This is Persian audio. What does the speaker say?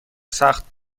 سخت